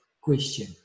question